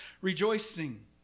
rejoicing